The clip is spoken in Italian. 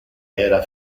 era